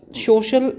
social